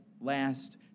last